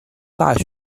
大学